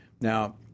Now